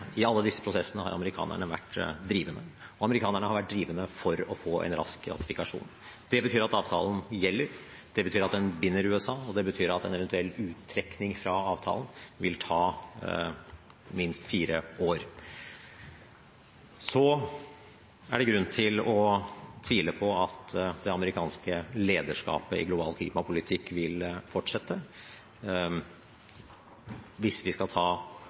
I alle disse prosessene har amerikanerne vært drivende. Amerikanerne har vært drivende for å få en rask ratifikasjon. Det betyr at avtalen gjelder, det betyr at den binder USA, og det betyr at en eventuell uttrekning fra avtalen vil ta minst fire år. Så er det grunn til å tvile på at det amerikanske lederskapet i global klimapolitikk vil fortsette, hvis vi skal ta